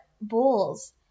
Bulls